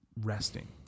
resting